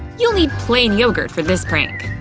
you'll need plain yogurt for this crank